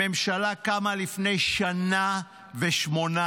הממשלה קמה לפני שנה ושמונה